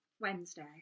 Wednesday